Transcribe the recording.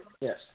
Yes